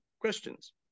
questions